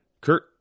Kurt